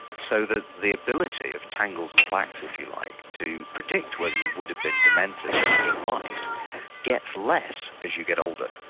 so that the ability of tangles and plaques if you like to predict whether you would have been demented in life gets less as you get older.